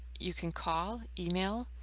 you can call, email,